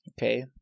Okay